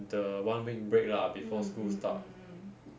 the one week break lah before school start